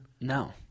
No